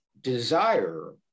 desire